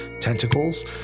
tentacles